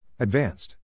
Advanced